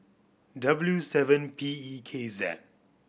W seven P E K Z